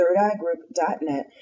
thirdeyegroup.net